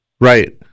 Right